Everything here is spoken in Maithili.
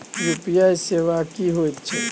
यु.पी.आई सेवा की होयत छै?